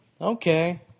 okay